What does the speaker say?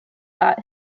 that